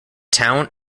town